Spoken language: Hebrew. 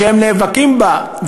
כשהם נאבקים בה,